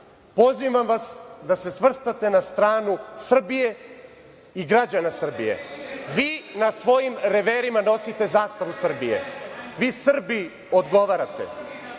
Pozivam vas da se svrstate na stranu Srbije i građana Srbije. Vi na svojim reverima nosite zastavu Srbije. Vi Srbiji odgovarate.